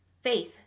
faith